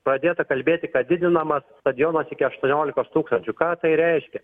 pradėta kalbėti kad didinama stadionas iki aštuoniolikos tūkstančių ką tai reiškia